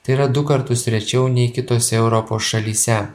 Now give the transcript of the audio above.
tai yra du kartus rečiau nei kitose europos šalyse